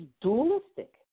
dualistic